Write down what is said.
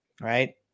right